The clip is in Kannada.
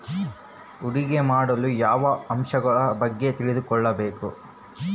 ಹೂಡಿಕೆ ಮಾಡಲು ಯಾವ ಅಂಶಗಳ ಬಗ್ಗೆ ತಿಳ್ಕೊಬೇಕು?